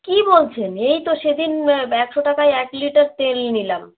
কী বলছেন এই তো সেদিন একশো টাকায় এক লিটার তেল নিলাম